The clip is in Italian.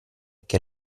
che